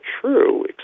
true